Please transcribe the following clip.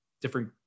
different